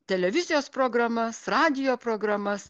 televizijos programas radijo programas